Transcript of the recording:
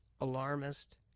alarmist